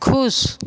खुश